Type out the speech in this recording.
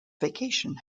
vacation